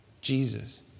Jesus